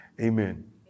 Amen